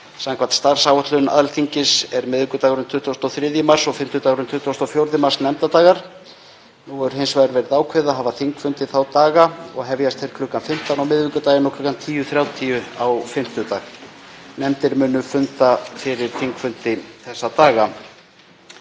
Samkvæmt starfsáætlun Alþingis eru miðvikudagurinn 23. mars og fimmtudagurinn 24. mars nefndadagar. Nú hefur hins vegar verið ákveðið að hafa þingfundi þá daga og hefjast þeir klukkan 15 á miðvikudaginn og 10.30 á fimmtudag. Nefndir munu funda fyrir þingfundi þessa daga.